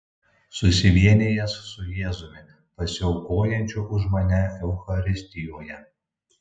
susivienijęs su jėzumi pasiaukojančiu už mane eucharistijoje